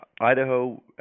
Idaho